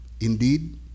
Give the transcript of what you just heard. Indeed